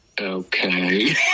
okay